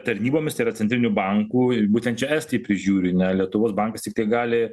tarnybomis tai yra centriniu banku ir būtent čia estai prižiūri ne lietuvos bankas tik tai gali